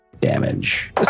damage